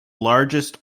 largest